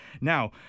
now